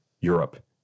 Europe